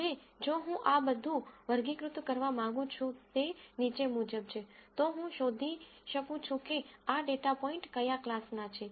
હવે જો હું આ બધું વર્ગીકૃત કરવા માંગું છું તે નીચે મુજબ છે તો હું શોધી શકું છું કે આ ડેટા પોઇન્ટ કયા ક્લાસના છે